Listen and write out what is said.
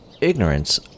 ignorance